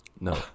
No